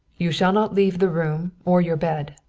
you shall not leave the room or your bed.